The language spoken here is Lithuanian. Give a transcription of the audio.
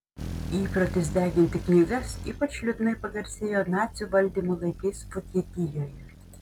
įprotis deginti knygas ypač liūdnai pagarsėjo nacių valdymo laikais vokietijoje